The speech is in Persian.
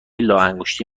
لاانگشتی